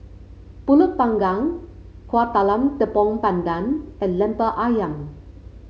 pulut Panggang Kueh Talam Tepong Pandan and Lemper ayam